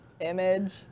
image